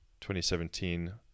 2017